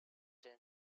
ten